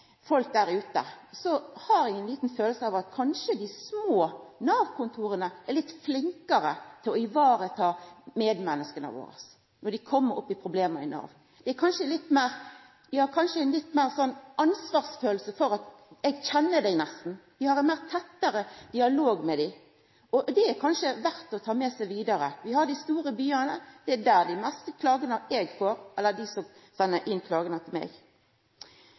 av at kanskje dei små Nav-kontora er litt flinkare til å ta vare på medmenneska våre når dei kjem opp i problem. Det er kanskje ei litt sånn ansvarskjensle: Eg kjenner deg nesten. Dei har ein tettare dialog med dei. Det er kanskje verdt å ta med seg vidare. Det er i dei store byane dei fleste av dei som sender inn klagar til meg, er. Så det er